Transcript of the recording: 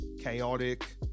chaotic